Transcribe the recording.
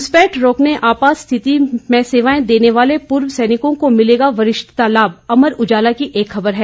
घुसपैठ रोकने आपात स्थिति में सेवाएं देने वाले पूर्व सैनिकों को मिलेगा वरिष्ठता लाभ अमर उजाला की एक खबर है